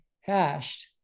hashed